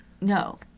No